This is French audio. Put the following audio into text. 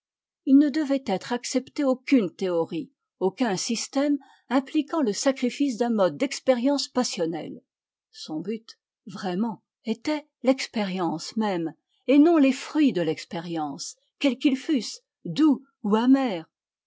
il ne devait être accepté aucune théorie aucun système impliquant le sacrifice d'un mode d'expérience passionnelle son but vraiment était l'expérience même et non les fruits de l'expérience quels qu'ils fussent doux ou amers